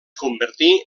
convertí